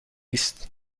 است